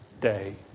Day